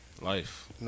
Life